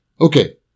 Okay